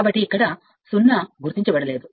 కాబట్టి ఈ 0 వద్ద ఇక్కడ గుర్తించబడలేదు